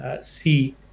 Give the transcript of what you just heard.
See